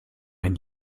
ein